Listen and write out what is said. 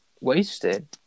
wasted